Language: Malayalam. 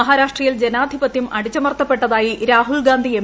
മഹാരാഷ്ട്രയിൽ ജനാധിപത്യം അടിച്ചമർത്തപ്പെട്ടതായി രാഹുൽ ഗാന്ധി എം